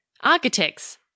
Architects